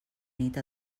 nit